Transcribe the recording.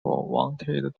wanted